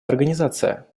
организация